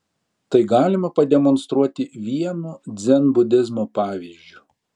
tai galima pademonstruoti vienu dzenbudizmo pavyzdžiu